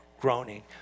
groaning